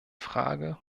frage